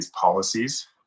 policies